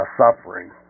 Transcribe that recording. suffering